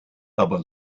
aber